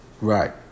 Right